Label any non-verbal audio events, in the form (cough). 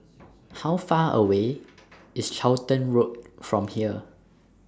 (noise) How Far away IS Charlton Road from here